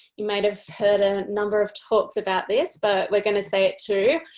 you might have heard a number of talks about this, but we are going to say it, too.